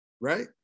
right